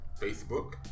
Facebook